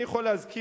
אני יכול להזכיר,